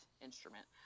instrument